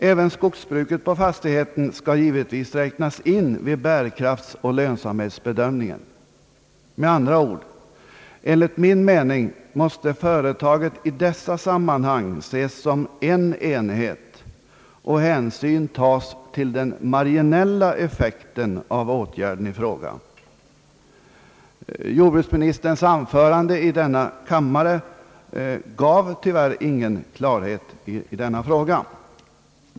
Även skogsbruket på fastigheten skall givetvis räknas in vid bärkraftsoch lönsamhetsbedömningen. Med andra ord: företaget måste enligt min mening i dessa sammanhang ses som en enhet och hänsyn tas till den marginella effekten av åtgärden i fråga. Jordbruksministerns debattinlägg här i kammaren gav tyvärr ingen klarhet i denna fråga.